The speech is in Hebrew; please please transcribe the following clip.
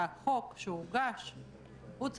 המילה שהכי הרבה מופיעה פה זה